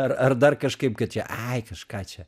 ar ar dar kažkaip kad čia ai kažką čia